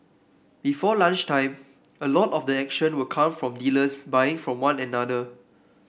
before lunchtime a lot of the action will come from dealers buying from one another